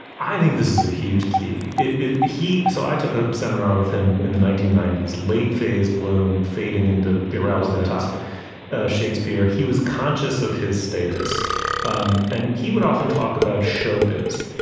i think this is a huge key. if he so i took a seminar with him in the nineteen ninety s late phase bloom fading into barela, the topic of shakespeare. he was conscious of his status um and he would often talk about show biz.